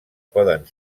poden